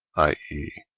i e,